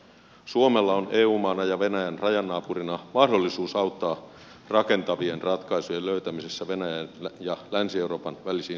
suomella on eu maana ja venäjän rajanaapurina mahdollisuus auttaa rakentavien ratkaisujen löytämisessä venäjän ja länsi euroopan välisiin suhteisiin